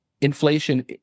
inflation